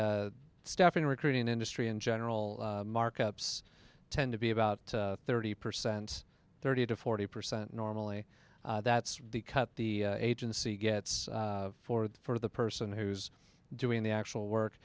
e staffing recruiting industry in general markups tend to be about thirty percent thirty to forty percent normally that's the cut the agency gets for for the person who's doing the actual work